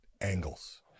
angles